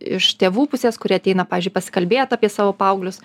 iš tėvų pusės kurie ateina pavyzdžiui pasikalbėt apie savo paauglius